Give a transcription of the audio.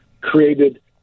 created